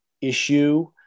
issue